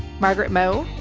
margaret mo,